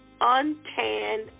untanned